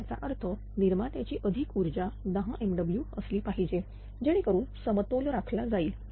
तर याचा अर्थ निर्मात्याची अधिक ऊर्जा 10MW असली पाहिजे जेणेकरून समतोल राखला जाईल